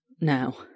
now